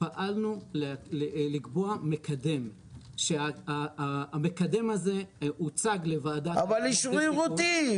פעלנו לקבוע מקדם שהמקדם הזה הוצג לוועדה --- אבל הוא שרירותי,